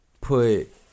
put